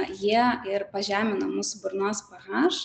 jie ir pažemina mūsų burnos ph